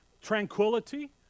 tranquility